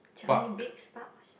Changi Beach park